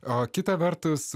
o kita vertus